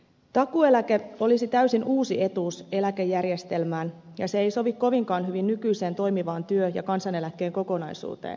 takuueläke olisi täysin uusi etuus eläkejärjestelmään ja se ei sovi kovinkaan hyvin nykyiseen toimivaan työ ja kansaneläkkeen kokonaisuuteen